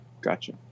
Gotcha